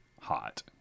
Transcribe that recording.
hot